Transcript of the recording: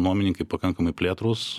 nuomininkai pakankamai plėtrūs